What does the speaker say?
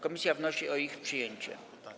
Komisja wnosi o ich przyjęcie.